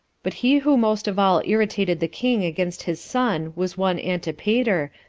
but he who most of all irritated the king against his son was one antipater,